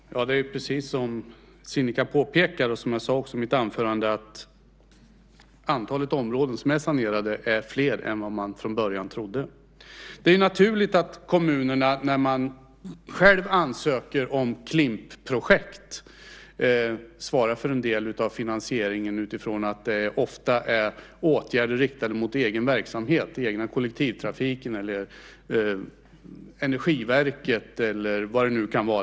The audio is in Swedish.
Fru talman! Det är så, precis som Sinikka påpekar och som jag också sade i mitt anförande, att antalet områden som är sanerade är större än vad man från början trodde. Det är naturligt att kommunerna, när de själva ansöker om Klimpprojekt, svarar för en del av finansieringen utifrån att det ofta är åtgärder riktade mot egen verksamhet, den egna kollektivtrafiken, energiverket eller vad det nu kan vara.